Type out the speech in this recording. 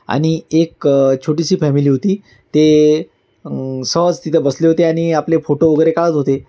आणि एक छोटीशी फॅमिली होती ते सहज तिथे बसले होते आणि आपले फोटो वगैरे काढत होते